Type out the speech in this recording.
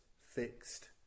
fixed